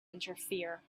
interfere